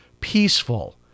peaceful